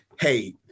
hey